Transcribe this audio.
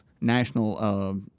National